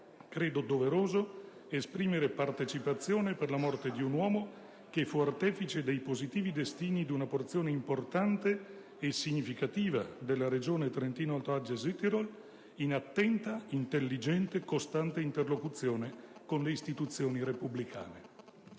credo doveroso esprimere partecipazione per la morte di un uomo che fu artefice dei positivi destini di una porzione importante e significativa della Regione Trentino-Alto Adige/Südtirol, in attenta, intelligente e costante interlocuzione con le istituzioni repubblicane.